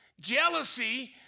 Jealousy